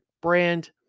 brand